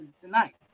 tonight